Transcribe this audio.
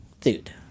Dude